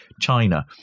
China